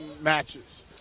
matches